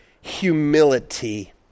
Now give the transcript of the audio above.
humility